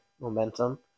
momentum